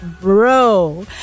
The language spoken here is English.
Bro